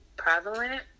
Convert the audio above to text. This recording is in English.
Prevalent